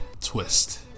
twist